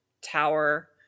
tower